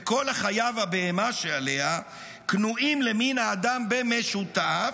וכל החיה והבהמה שעליה, קנויים למין האדם במשותף